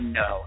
no